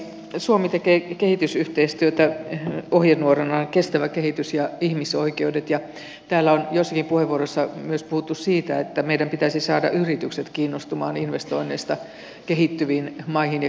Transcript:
suomi tekee kehitysyhteistyötä ohjenuoranaan kestävä kehitys ja ihmisoikeudet ja täällä on joissakin puheenvuoroissa puhuttu myös siitä että meidän pitäisi saada yritykset kiinnostumaan investoinneista kehittyviin maihin ja kehittyviin talouksiin